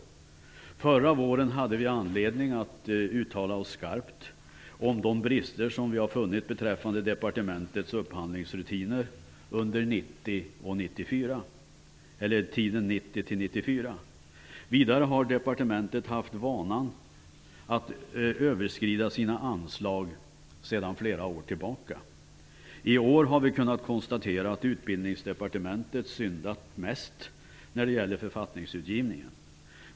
Förra våren hade vi anledning att uttala oss skarpt om de brister som vi fann beträffande departementets upphandlingsrutiner under tiden 1990-1994. Vidare har departementet haft vanan att överskrida sina anslag sedan flera år tillbaka. I år har vi kunnat konstatera att Utbildningsdepartementet syndat mest när det gäller författningsutgivningen.